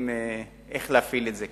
איך להפעיל את זה.